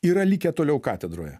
yra likę toliau katedroje